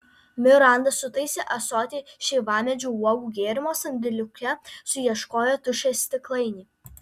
miranda sutaisė ąsotį šeivamedžių uogų gėrimo sandėliuke suieškojo tuščią stiklainį